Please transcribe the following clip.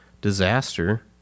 disaster